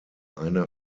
einer